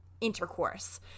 intercourse